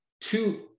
two